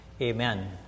Amen